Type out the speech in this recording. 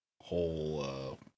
whole